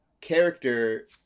character